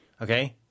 Okay